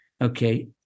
okay